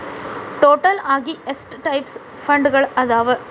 total ಆಗಿ ಎಷ್ಟ types ಫಂಡ್ಗಳದಾವ